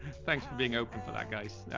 thanks for being open to that guys.